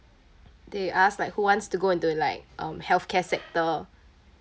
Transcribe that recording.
they ask like who wants to go into like um healthcare sector